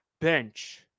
bench